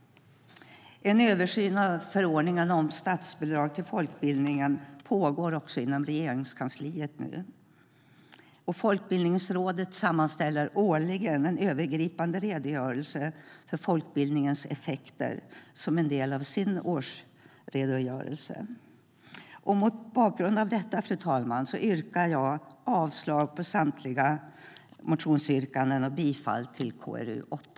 En översyn av förordningen om statsbidrag till folkbildningen pågår också inom Regeringskansliet. Folkbildningsrådet sammanställer årligen en övergripande redogörelse för folkbildningens effekter som en del av sin årsredogörelse. Mot bakgrund av detta, fru talman, yrkar jag avslag på samtliga motionsyrkanden och bifall till förslaget i KrU8.